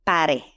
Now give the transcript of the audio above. Pare